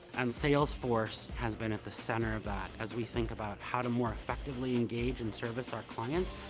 and salesforce has been at the center of that as we think about how to more effectively engage and service our clients,